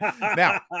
Now